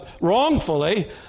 wrongfully